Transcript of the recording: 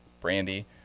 Brandy